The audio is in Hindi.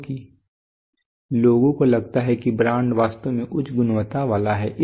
क्योंकि लोगों को लगता है कि ब्रांड वास्तव में उच्च गुणवत्ता वाला है